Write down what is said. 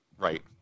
Right